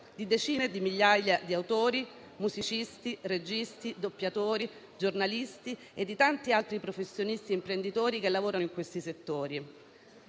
di decine di migliaia di autori, musicisti, registi, doppiatori giornalisti e di tanti altri professionisti e imprenditori che lavorano in questi settori.